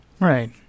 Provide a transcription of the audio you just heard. Right